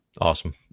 awesome